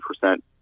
percent